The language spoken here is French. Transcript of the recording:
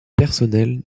personnelle